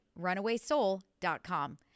runawaysoul.com